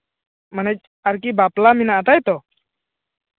ᱢᱟᱱᱮ ᱟᱨᱠᱤ ᱵᱟᱯᱞᱟ ᱢᱮᱱᱟᱜᱼᱟ ᱛᱟᱭ ᱛᱚ